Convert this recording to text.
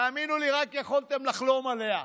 תאמינו לי, רק יכולתם לחלום עליה.